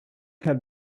had